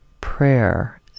prayer